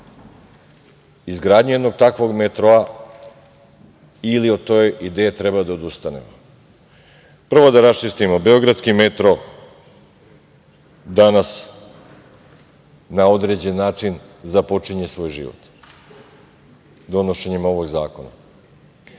izgradnju jednog takvog metroa ili od te ideje treba da odustanemo. Prvo, da raščistimo, Beogradski metro danas na određen način započinje svoj život, donošenjem svog zakona.